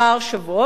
אפילו יותר,